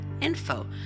info